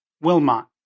Wilmot